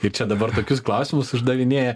ir čia dabar tokius klausimus uždavinėja